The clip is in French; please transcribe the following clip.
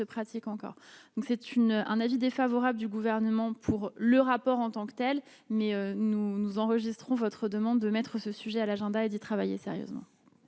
pratique encore, donc c'est une un avis défavorable du gouvernement pour le rapport en tant que telle, mais nous, nous enregistrons votre demande de mettre ce sujet à l'agenda et y travailler sérieusement.